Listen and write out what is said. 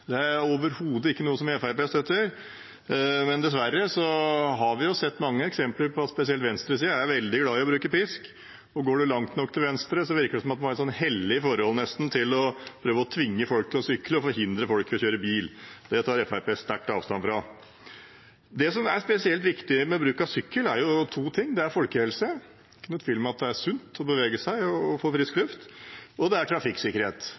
Det er overhodet ikke noe som Fremskrittspartiet støtter. Men dessverre har vi sett mange eksempler på at spesielt venstresiden er veldig glad i å bruke pisk. Går man langt nok til venstre, virker det som om man nesten har et hellig forhold til det å prøve å tvinge folk til å sykle og forhindre folk fra å kjøre bil. Det tar Fremskrittspartiet sterkt avstand fra. Det som er spesielt viktig med bruk av sykkel, er to ting: Det er folkehelse – det er ingen tvil om at det er sunt å bevege seg og få frisk luft – og det er trafikksikkerhet.